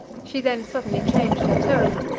she then suddenly changed her tone,